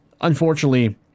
unfortunately